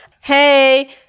Hey